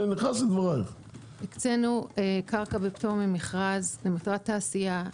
הקצינו קרקע בפטור ממכרז למטרת תעשייה.